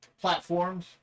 platforms